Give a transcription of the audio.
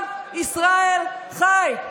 עם ישראל חי.